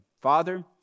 Father